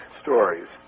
stories